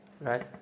Right